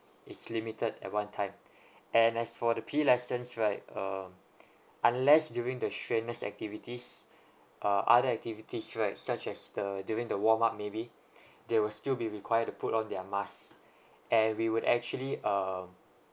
is limited at one time and as for the P_E lessons right um unless during the strenuous activities uh other activities right such as the during the warm up maybe they will still be required to put on their masks and we would actually um